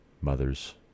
mothers